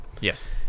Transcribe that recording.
Yes